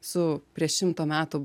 su prieš šimto metų